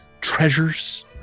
treasures